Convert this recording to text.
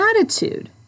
attitude